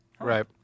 Right